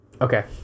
okay